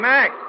Mac